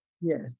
Yes